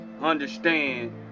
understand